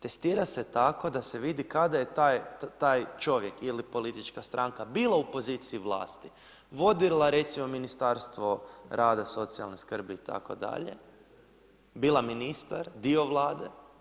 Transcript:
Testira se tako da se vidi kada je taj čovjek ili politička stranka bila u poziciji vlasti, vodila recimo Ministarstvo rada, socijalne skrbi itd., bila ministar, dio Vlade.